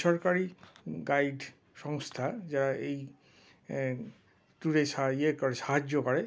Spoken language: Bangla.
বেসরকারি গাইড সংস্থা যা এই ট্যুরে ইয়ে করে সাহায্য করে